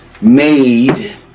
made